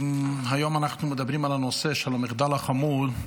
היום אנחנו מדברים על הנושא של המחדל החמור,